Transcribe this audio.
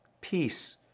peace